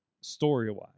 story-wise